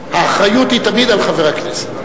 האחריות היא תמיד על חבר הכנסת.